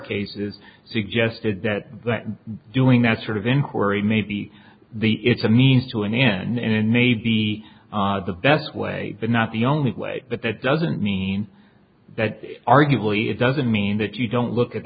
cases suggested that doing that sort of inquiry may be the it's a means to an end maybe the best way not the only way but that doesn't mean that arguably it doesn't mean that you don't look at